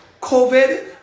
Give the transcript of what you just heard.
covid